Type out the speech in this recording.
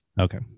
okay